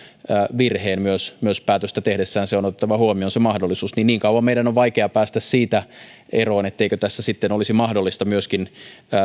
virheen päätöstä tehdessään se mahdollisuus on otettava huomioon niin niin kauan meidän on vaikea päästä siitä eroon etteikö tässä sitten olisi mahdollista myöskin